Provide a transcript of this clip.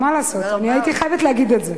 מה לעשות, אני הייתי חייבת להגיד את זה.